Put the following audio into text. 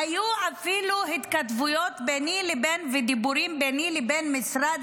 היו אפילו התכתבויות ודיבורים ביני לבין משרד